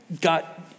got